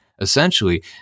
Essentially